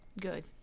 Good